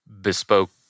bespoke